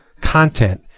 content